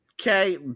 okay